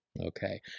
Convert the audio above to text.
Okay